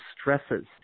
stresses